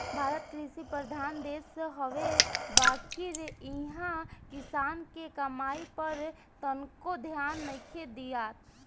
भारत कृषि प्रधान देश हवे बाकिर इहा किसान के कमाई पर तनको ध्यान नइखे दियात